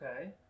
Okay